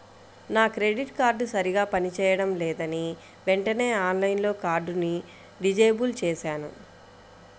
నా credit card సరిగ్గా పని చేయడం లేదని వెంటనే ఆన్లైన్లో కార్డుని డిజేబుల్ చేశాను